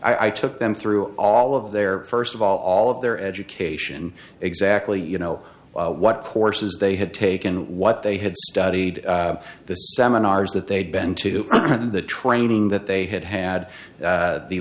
t i took them through all of their first of all all of their education exactly you know what courses they had taken what they had studied the seminars that they'd been to the training that they had had